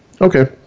Okay